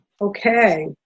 okay